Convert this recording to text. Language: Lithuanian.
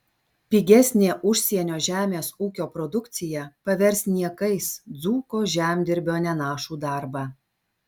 pigesnė užsienio žemės ūkio produkcija pavers niekais dzūko žemdirbio nenašų darbą